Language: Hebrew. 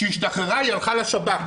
כשהיא השתחררה היא הלכה לשב"כ,